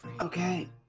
Okay